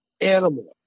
animal